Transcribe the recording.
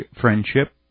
friendship